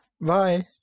Bye